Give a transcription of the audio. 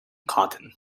cotton